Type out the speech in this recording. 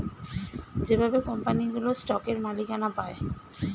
যেভাবে কোম্পানিগুলো স্টকের মালিকানা পায়